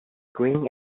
green